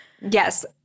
Yes